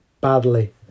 badly